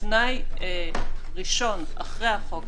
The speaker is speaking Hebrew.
תנאי ראשון אחרי החוק,